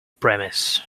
premise